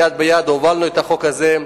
יד ביד הובלנו את החוק הזה.